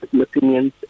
opinions